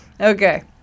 Okay